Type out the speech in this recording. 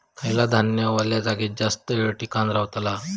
खयला धान्य वल्या जागेत जास्त येळ टिकान रवतला?